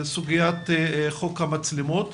סוגיית חוק המצלמות,